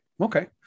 okay